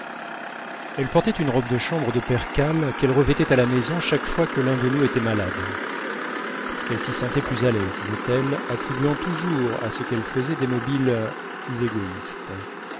elle portait une robe de chambre de percale qu'elle revêtait à la maison chaque fois que l'un de nous était malade parce qu'elle s'y sentait plus à l'aise disait-elle attribuant toujours à ce qu'elle faisait des mobiles égoïstes